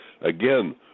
again